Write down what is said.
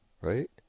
Right